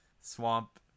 swamp